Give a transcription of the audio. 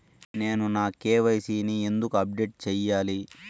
నేను నా కె.వై.సి ని ఎందుకు అప్డేట్ చెయ్యాలి?